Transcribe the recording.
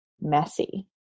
messy